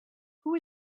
who